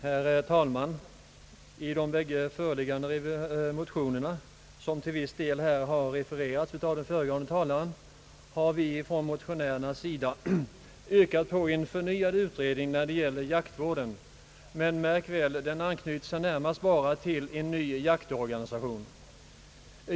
Herr talman! I de bägge föreliggande motionerna, som till viss del har refererats här av den föregående talaren, har vi yrkat på en förnyad utredning när det gäller jaktvården, men märk väl att utredningskravet anknytes närmast bara till en ny jaktorganisation.